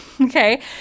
Okay